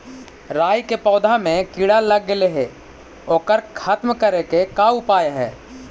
राई के पौधा में किड़ा लग गेले हे ओकर खत्म करे के का उपाय है?